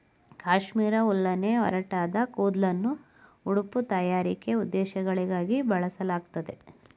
ಕಾಶ್ಮೀರ್ ಉಲ್ಲೆನ್ನ ಒರಟಾದ ಕೂದ್ಲನ್ನು ಉಡುಪು ತಯಾರಿಕೆ ಉದ್ದೇಶಗಳಿಗಾಗಿ ಬಳಸಲಾಗ್ತದೆ